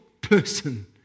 person